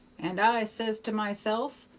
and i says to myself,